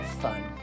fun